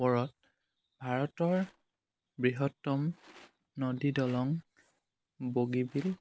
ওপৰত ভাৰতৰ বৃহত্তম নদী দলং বগীবিল